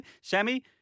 Sammy